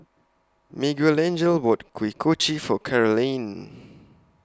Miguelangel bought Kuih Kochi For Carolynn